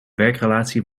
werkrelatie